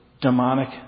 demonic